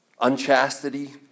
Unchastity